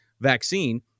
vaccine